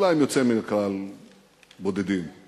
אולי עם יוצאים-מן-הכלל בודדים,